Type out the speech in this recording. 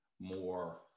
more